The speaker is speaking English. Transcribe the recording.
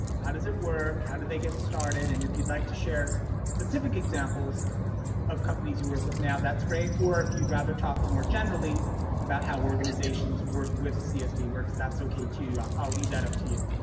how does it work? how do they get started and if you'd like to share specific examples of companies you work with now that's great or if you'd rather talk more generally about how organizations work with csd works that's okay too i'll leave that up to you.